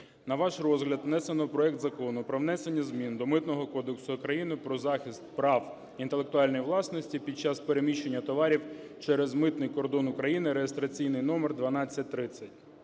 на ваш розгляд внесено проект Закону про внесення змін до Митного кодексу України про захист прав інтелектуальної власності під час переміщення товарів через митний кордон України (реєстраційний номер 1230).